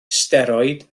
steroid